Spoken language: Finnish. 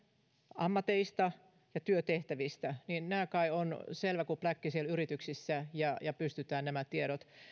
ammateista ja työtehtävistä niin nämä kai ovat selviä kuin pläkki siellä yrityksissä ja ja pystytään nämä tiedot